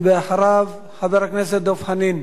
אחריו, חבר הכנסת דב חנין.